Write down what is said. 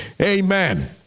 amen